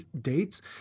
dates